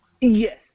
Yes